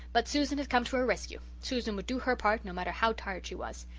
but susan had come to her rescue susan would do her part no matter how tired she was.